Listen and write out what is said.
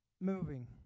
moving